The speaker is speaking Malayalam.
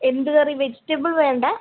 എന്തു കറി വെജിറ്റബിൾ വേണ്ടാ